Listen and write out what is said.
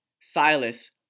Silas